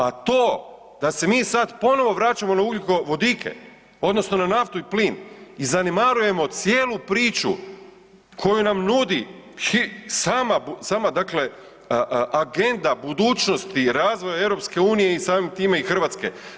A to da se mi sad ponovo vraćamo na ugljikovodike odnosno na naftu i plin i zanemarujemo cijelu priču koju nam nudi sama dakle agenda budućnosti i razvoja EU i samim time i Hrvatske.